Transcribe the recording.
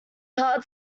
heart